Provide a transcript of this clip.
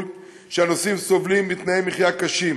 כשהנוסעים סובלים מתנאי מחיה קשים.